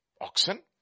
oxen